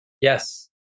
Yes